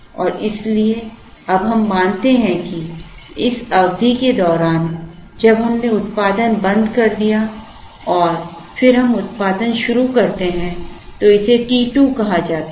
और इसलिए अब हम मानते हैं कि इस अवधि के दौरान जब हमने उत्पादन बंद कर दिया और फिर हम उत्पादन शुरू करते हैं तो इसे t 2 कहा जाता है